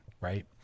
right